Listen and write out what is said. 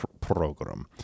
program